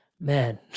man